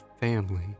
family